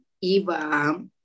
Iva